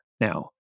now